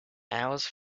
hours